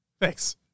Thanks